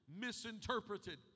misinterpreted